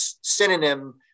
synonym